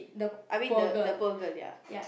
I mean the the poor girl ya